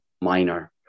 minor